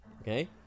Okay